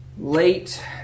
late